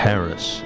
Paris